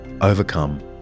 overcome